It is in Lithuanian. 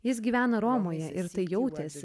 jis gyvena romoje ir tai jautėsi